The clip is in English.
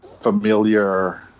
familiar